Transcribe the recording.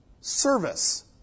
Service